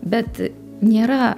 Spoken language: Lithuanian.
bet nėra